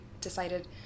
decided